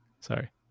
Sorry